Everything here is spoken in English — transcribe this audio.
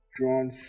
drawn